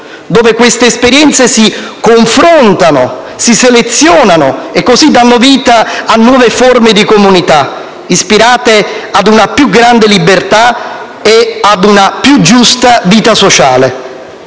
dove queste esperienze si confrontano e si selezionano, così dando vita a nuove forme di comunità ispirate ad una più grande libertà e ad una più giusta vita sociale.